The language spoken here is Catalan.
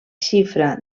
xifra